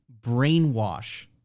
brainwash